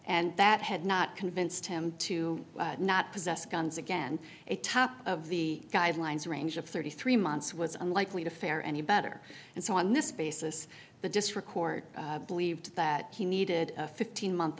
and that had not convinced him to not possess guns again a top of the guidelines range of thirty three months was unlikely to fare any better and so on this basis the district court believed that he needed a fifteen month